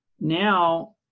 now